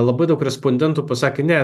labai daug respondentų pasakė ne